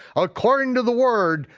according to the word,